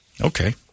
Okay